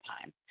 time